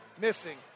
missing